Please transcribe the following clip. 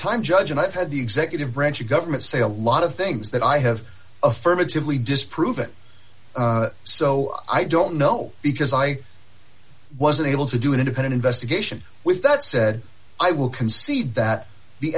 time judge and i've had the executive branch of government say a lot of things that i have affirmatively disprove it so i don't know because i wasn't able to do an independent investigation with that said i will concede that the